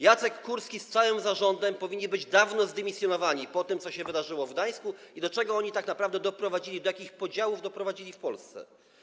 Jacek Kurski wraz z całym zarządem powinien być zdymisjonowany po tym, co się wydarzyło w Gdańsku, do czego oni tak naprawdę doprowadzili, do jakich podziałów doprowadzili w Polsce.